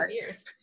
years